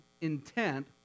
intent